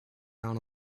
down